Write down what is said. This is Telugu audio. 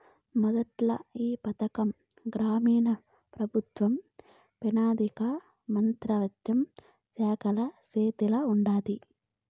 మొదట్ల ఈ పథకం గ్రామీణాభవృద్ధి, పెనాలికా మంత్రిత్వ శాఖల సేతిల ఉండాది